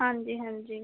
ਹਾਂਜੀ ਹਾਂਜੀ